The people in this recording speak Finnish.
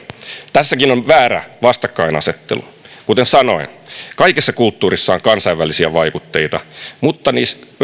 tässäkin on väärä vastakkainasettelu kuten sanoin kaikessa kulttuurissa on kansainvälisiä vaikutteita mutta